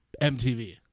MTV